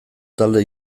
talde